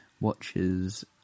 Watches